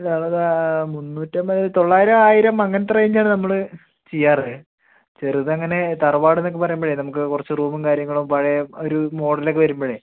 മുന്നൂറ്റൊമ്പത് തൊള്ളായിരം ആയിരം അങ്ങനത്തെ റേഞ്ച് ആണ് നമ്മൾ ചെയ്യാറ് ചെറുതങ്ങനെ തറവാടെന്നൊക്കെ പറയുമ്പോഴേയ് നമുക്ക് കുറച്ച് റൂമും കാര്യങ്ങളും പഴയ ഒരു മോഡലൊക്കെ വരുമ്പോഴേയ്